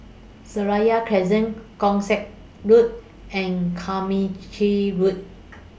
Seraya Crescent Keong Saik Road and Carmichael Road